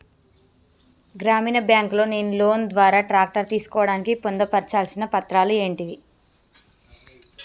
గ్రామీణ బ్యాంక్ లో నేను లోన్ ద్వారా ట్రాక్టర్ తీసుకోవడానికి పొందు పర్చాల్సిన పత్రాలు ఏంటివి?